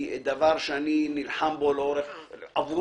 היא דבר שאני נלחם עבורו